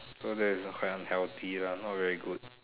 so that's quite unhealthy lah not very good